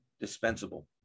dispensable